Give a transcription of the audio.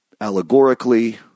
allegorically